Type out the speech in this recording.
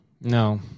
no